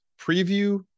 Preview